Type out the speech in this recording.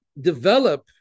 develop